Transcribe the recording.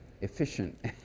efficient